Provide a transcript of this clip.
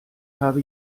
habe